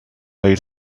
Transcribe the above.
lay